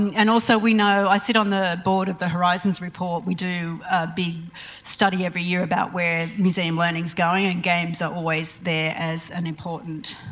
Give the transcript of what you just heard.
and also we know, i sit on the board of the horizons report we do a big study every year about where museum learning is going and games are always there as an important